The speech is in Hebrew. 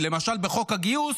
למשל בחוק הגיוס,